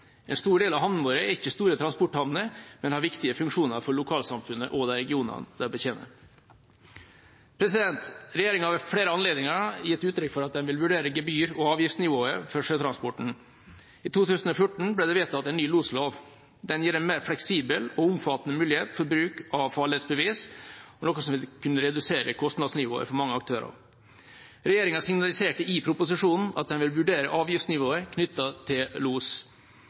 ikke store transporthavner, men har viktige funksjoner for lokalsamfunnet og de regionene de betjener. Regjeringa har ved flere anledninger gitt uttrykk for at den vil vurdere gebyr- og avgiftsnivået for sjøtransporten. I 2014 ble det vedtatt en ny loslov. Den gir en mer fleksibel og omfattende mulighet for bruk av farledsbevis, noe som vil kunne redusere kostnadsnivået for mange aktører. Regjeringa signaliserte i proposisjonen at den vil vurdere avgiftsnivået knyttet til los,